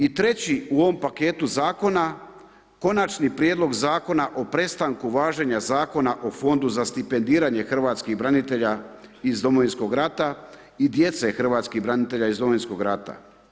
I reći u ovom paketu zakona Konačni prijedlog zakona o prestanku važenja Zakona o fondu za stipendiranje hrvatskih branitelja iz Domovinskog rata i djece hrvatskih branitelja iz Domovinskog rata.